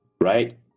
right